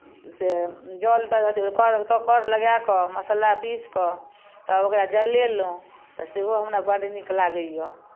जे जल द अथि कर लगाए कऽ मसाला पीसि कऽ तब ओकरा जलेलहुँ तऽ सेहो हमरा बड्ड नीक लागैए